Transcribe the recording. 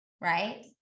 right